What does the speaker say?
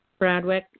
Bradwick